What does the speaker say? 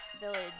Village